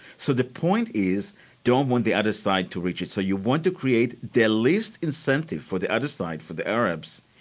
so the point is don't want the other side to reach it. so you want to create the least incentive for the other side, for the arabs,